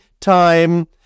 time